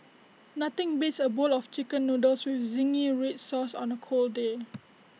nothing beats A bowl of Chicken Noodles with Zingy Red Sauce on A cold day